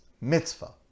mitzvah